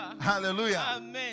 Hallelujah